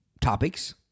topics